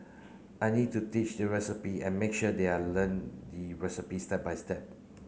I need to teach the recipe and make sure they are learn the recipe step by step